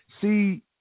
see